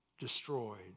destroyed